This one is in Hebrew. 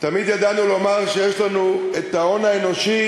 תמיד ידענו לומר שיש לנו ההון האנושי